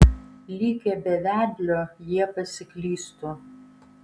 likę be vedlio jie pasiklystų